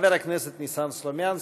חבר הכנסת ניסן סלומינסקי.